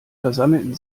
versammelten